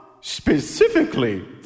specifically